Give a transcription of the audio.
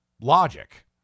logic